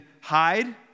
hide